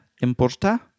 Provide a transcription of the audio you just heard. importa